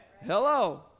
Hello